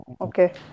okay